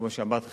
כמו שאמרתי לך,